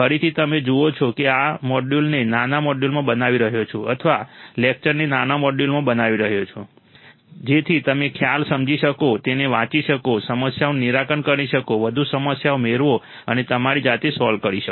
ફરીથી તમે જુઓ છો કે હું આ મોડ્યુલને નાના મોડ્યુલોમાં બનાવી રહ્યો છું અથવા લેક્ચરને નાના મોડ્યુલમાં બનાવી રહ્યો છું જેથી તમે ખ્યાલ સમજી શકો તેને વાંચી શકો સમસ્યાઓનું નિરાકરણ કરી શકો વધુ સમસ્યાઓ મેળવો અને તમારી જાતે સોલ્વ કરી શકો